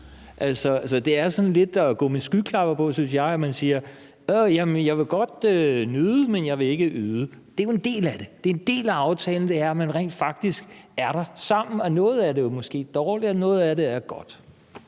Så det er sådan lidt at gå med skyklapper på, synes jeg, altså at man siger, at man godt vil nyde, men at man ikke vil yde. Det er jo en del af aftalen, at man rent faktisk er der sammen, og noget af det er måske dårligt, og noget af det er godt.